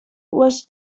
was